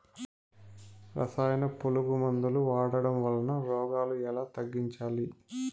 రసాయన పులుగు మందులు వాడడం వలన రోగాలు ఎలా తగ్గించాలి?